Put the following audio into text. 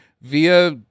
via